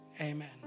Amen